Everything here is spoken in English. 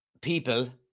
people